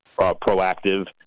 proactive